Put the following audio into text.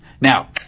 Now